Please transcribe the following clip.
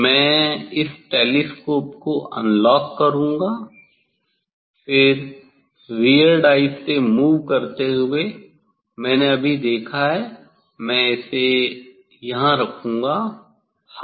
मैं इस टेलीस्कोप को अनलॉक करूंगा फिर वीयर्ड आईज से मूव करते हुए मैंने अभी देखा है मैं इसे यहां रखूंगा हाँ